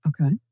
okay